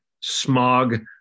smog